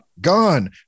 gone